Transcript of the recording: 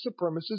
supremacists